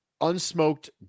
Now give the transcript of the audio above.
unsmoked